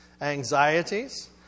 anxieties